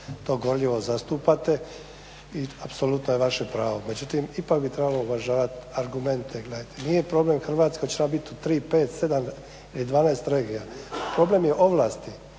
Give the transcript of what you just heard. to gorljivo zastupate. I apsolutno je vaše pravo. Međutim, ipak bi trebalo uvažavati argumente. Jer gledajte, nije problem Hrvatske hoće li ona bitu u 3, 5, 7 ili 12 regija. Problem je ovlasti.